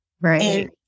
Right